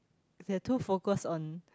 they're too focused on